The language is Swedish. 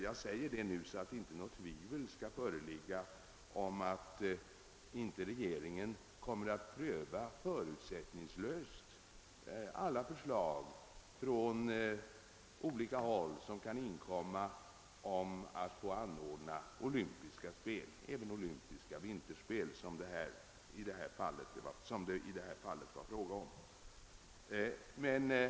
Jag säger detta nu, så att inga tvivel skall råda om att regeringen kommer att förutsättningslöst pröva alla förslag som från olika håll kan inkomma att få anordna olympiska spel, även vinterspel som det var frågan om i detta fall.